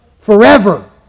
forever